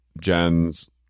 Jen's